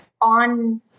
on